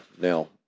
Now